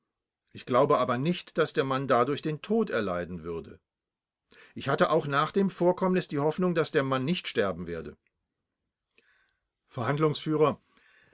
ich glaubte aber nicht daß der mann dadurch den tod erleiden würde ich hatte auch nach dem vorkommnis die hoffnung daß der mann nicht sterben werde